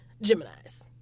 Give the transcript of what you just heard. Gemini's